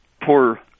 poor